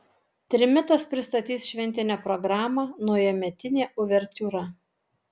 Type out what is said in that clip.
trimitas pristatys šventinę programą naujametinė uvertiūra